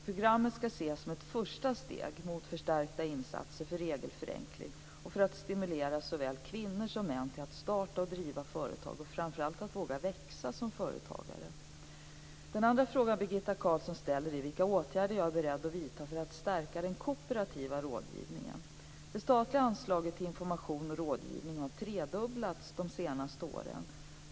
Programmet skall ses som ett första steg mot förstärkta insatser för regelförenkling och för att stimulera såväl kvinnor som män till att starta och driva företag och framför allt att våga växa som företagare. Den andra frågan Birgitta Carlsson ställer är vilka åtgärder jag är beredd att vidta för att stärka den kooperativa rådgivningen. Det statliga anslaget till information och rådgivning har tredubblats de senaste åren.